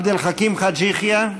עבד אל חכים חאג' יחיא,